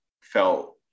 felt